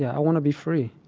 yeah i want to be free.